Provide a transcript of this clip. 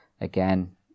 Again